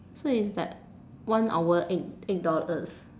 so it's like one hour eight eight dollars